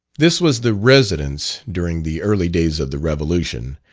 this was the residence, during the early days of the revolution,